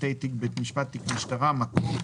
פרטי תיק בית המשפט/ תיק המשטרה; מקום: